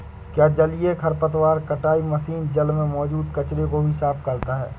क्या जलीय खरपतवार कटाई मशीन जल में मौजूद कचरे को भी साफ करता है?